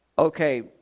okay